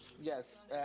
Yes